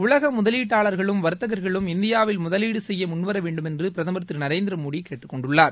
உலக முதலீட்டாளர்களும் வர்த்தகர்களும் இந்தியாவில் முதலீடு செய்ய முன்வரவேண்டும் என்று பிரதமர் திரு நரேந்திர மோடி கேட்டுக்கொண்டுள்ளார்